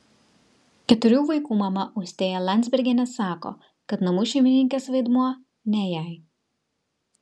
keturių vaikų mama austėja landzbergienė sako kad namų šeimininkės vaidmuo ne jai